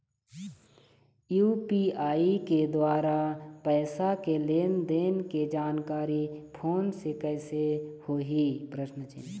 UPI के द्वारा पैसा के लेन देन के जानकारी फोन से कइसे होही?